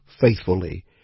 faithfully